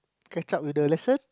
catch up with the lesson